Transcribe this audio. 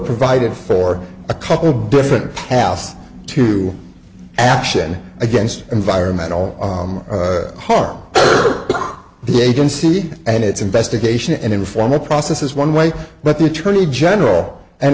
provided for a couple of different path to action against environmental harm for the agency and its investigation and inform the process is one way but the attorney general and